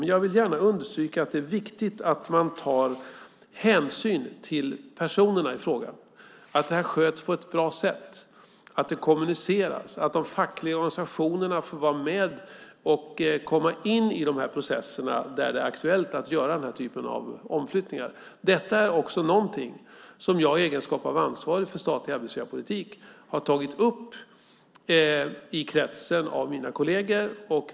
Men jag vill gärna understryka att det är viktigt att man tar hänsyn till personerna i fråga, att det här sköts på ett bra sätt, att det kommuniceras och att de fackliga organisationerna får vara med och komma in i de processer där det är aktuellt att göra den här typen av omflyttningar. Detta är också något som jag i egenskap av ansvarig för statlig arbetsgivarpolitik har tagit upp i kretsen av mina kolleger.